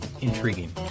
intriguing